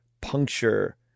puncture